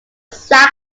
sac